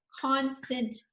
constant